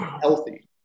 healthy